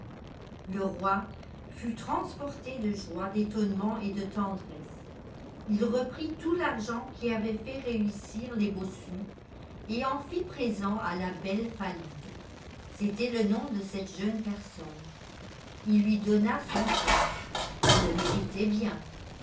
le roi fut transporté de joie d'étonnement et de tendresse il reprit tout l'argent qui avait fait réussir les bossus et en fit présent à la belle falide c'était le nom de cette jeune personne il lui donna son coeur elle le méritait bien